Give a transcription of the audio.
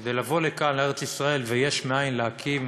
כדי לבוא לכאן לארץ-ישראל ויש מאין להקים